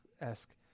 esque